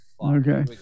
okay